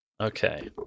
Okay